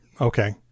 Okay